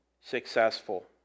successful